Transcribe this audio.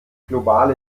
globale